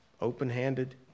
open-handed